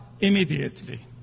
immediately